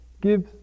gives